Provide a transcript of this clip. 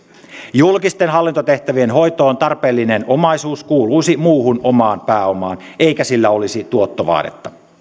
julkisten hallintotehtävien hoitoon tarpeellinen omaisuus kuuluisi muuhun omaan pääomaan eikä sillä olisi tuottovaadetta